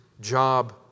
job